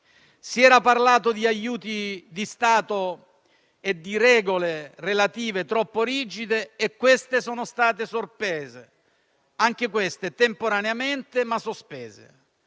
Si era parlato di aiuti di Stato e di regole relative troppo rigide, e queste sono state sospese; anche queste temporaneamente, ma sospese.